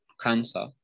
cancer